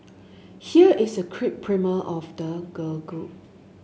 here is a quick primer of the girl group